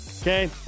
okay